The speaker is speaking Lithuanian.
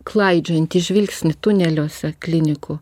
klaidžiojantį žvilgsnį tuneliuose klinikų